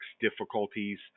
difficulties